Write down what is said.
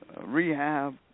rehab